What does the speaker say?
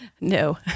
no